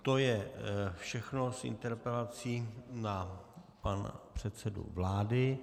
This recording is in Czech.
To je všechno z interpelací na pana předsedu vlády.